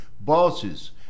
bosses